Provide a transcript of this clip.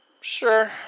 Sure